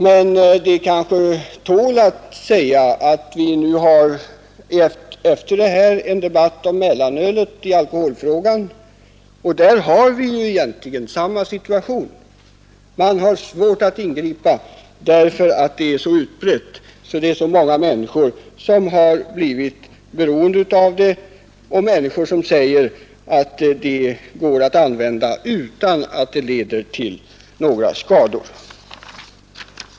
Men det tål kanske att sägas att vi efter den debatt vi nu för skall föra en debatt om mellanölet och där föreligger egentligen denna situation: man har svårt att ingripa därför att konsumtionen av mellanöl är så utbredd att många människor blivit beroende av det, människor som säger att det går att använda utan att det leder till några skador.